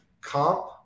comp